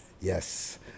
Yes